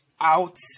out